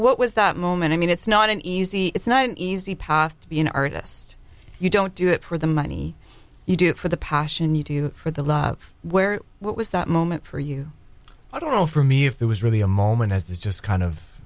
what was that moment i mean it's not an easy it's not an easy path to be an artist you don't do it for the money you do it for the passion you do for the love where what was that moment for you at all for me if there was really a moment as this just kind of